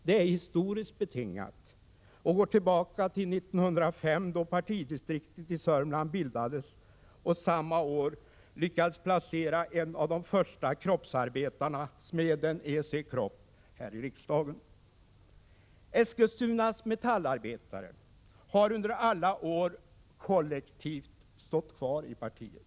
Den är historiskt betingad och går tillbaka till år 1905, då partidistriktet i Sörmland bildades och då man lyckades placera en av de första kroppsarbetarna, smeden E. C. Kropp, här i riksdagen. Eskilstunas metallarbetare har under alla år kollektivt stått kvar i partiet.